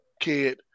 kid